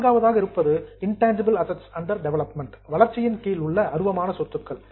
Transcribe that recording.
நான்காவதாக இருப்பது intangible assets under development வளர்ச்சியின் கீழ் உள்ள அருவமான சொத்துக்கள்